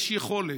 יש יכולת,